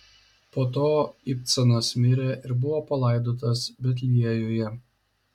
po to ibcanas mirė ir buvo palaidotas betliejuje